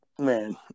Man